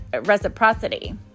reciprocity